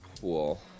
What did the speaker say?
cool